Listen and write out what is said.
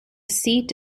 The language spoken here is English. seat